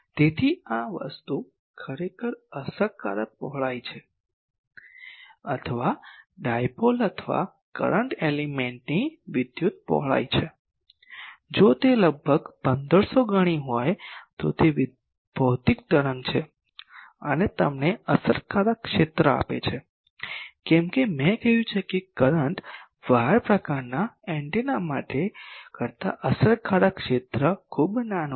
તેથી આ વસ્તુ ખરેખર અસરકારક પહોળાઈ છે અથવા ડાયપોલ અથવા કરંટ એલિમેન્ટની વિદ્યુત પહોળાઈ છે જો તે લગભગ 1500 ગણી હોય તો તે ભૌતિક તરંગ છે અને તમને અસરકારક ક્ષેત્ર આપે છે કેમ કે મેં કહ્યું છે કે કરંટ વાયર પ્રકારના એન્ટેના માટે કરતાં અસરકારક ક્ષેત્ર ખૂબ નાનો છે